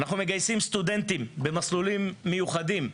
אנחנו מגייסים סטודנטים במסלולים מיוחדים,